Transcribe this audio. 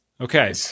Okay